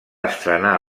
estrenar